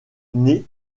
née